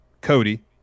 Cody